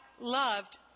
loved